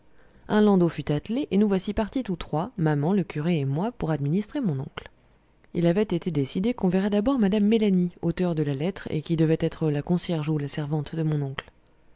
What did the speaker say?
un landau fut attelé et nous voici partis tous trois maman le curé et moi pour administrer mon oncle il avait été décidé qu'on verrait d'abord mme mélanie auteur de la lettre et qui devait être la concierge ou la servante de mon oncle